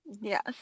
yes